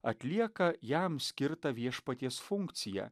atlieka jam skirtą viešpaties funkciją